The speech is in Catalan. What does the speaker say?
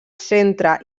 centre